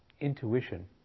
intuition